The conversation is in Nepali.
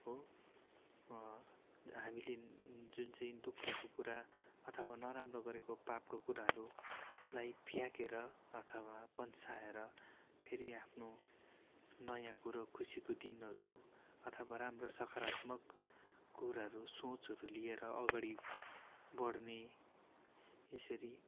हो हामीले जुन चाहिँ दुःखको कुरा अथवा नराम्रो गरेको पापको कुराहरूलाई फ्याँकेर अथवा पन्छाएर फेरि आफ्नो नयाँ कुरो खुसीको दिनहरू अथवा राम्रो सकारात्मक कुराहरू सोचहरू लिएर अगाडि बढ्ने यसरी